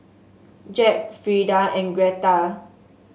Jeb Frida and Gretta